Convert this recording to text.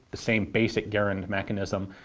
the same basic garand mechanism,